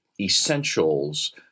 essentials